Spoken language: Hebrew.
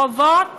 חובות